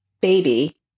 baby